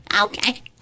Okay